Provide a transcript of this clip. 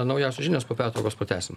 naujausios žinios po pertraukos pratęsim